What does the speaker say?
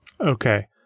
Okay